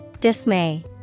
Dismay